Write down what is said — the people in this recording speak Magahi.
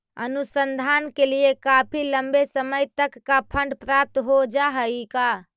अनुसंधान के लिए काफी लंबे समय तक का फंड प्राप्त हो जा हई का